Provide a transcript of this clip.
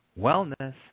wellness